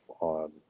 on